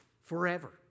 forever